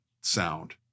sound